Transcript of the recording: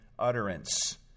utterance